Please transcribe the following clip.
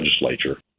legislature